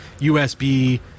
USB